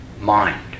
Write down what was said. mind